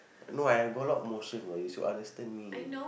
no I I got a lot motion no you should understand me